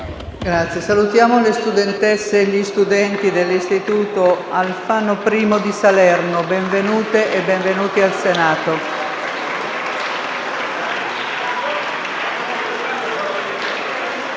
Salutiamo le studentesse e gli studenti dell'Istituto «Alfano I» di Salerno. Benvenute e benvenuti al Senato.